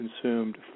consumed